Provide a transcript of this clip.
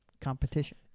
competition